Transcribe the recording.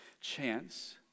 chance